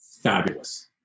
Fabulous